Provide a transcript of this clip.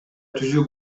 түзүү